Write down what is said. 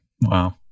Wow